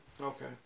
Okay